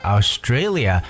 Australia